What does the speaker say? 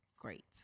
great